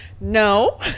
No